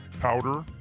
powder